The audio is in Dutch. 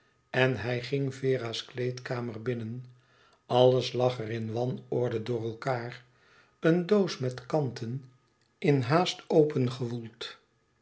en hij ging vera's kleedkamer binnen alles lag er in wanorde door elkaâr een doos met kanten in haast open gewoeld